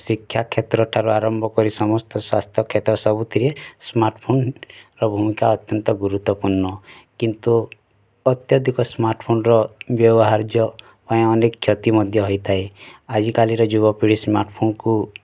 ଶିକ୍ଷାକ୍ଷେତ୍ରଠାରୁ ଆରମ୍ଭକରି ସମସ୍ତ ସ୍ୱାସ୍ଥ୍ୟକ୍ଷେତ୍ର ସବୁଥିରେ ସ୍ମାର୍ଟଫୋନର ଭୂମିକା ଅତ୍ୟନ୍ତ ଗୁରୁତ୍ଵପୂର୍ଣ୍ଣ କିନ୍ତୁ ଅତ୍ୟଧିକ ସ୍ମାର୍ଟଫୋନର ବ୍ୟବହାର୍ଯ୍ୟ ପାଇଁ ଅନେକ କ୍ଷତି ମଧ୍ୟ ହୋଇଥାଏ ଆଜିକାଲିର ଯୁବପିଢ଼ି ସ୍ମାର୍ଟଫୋନକୁ